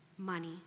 Money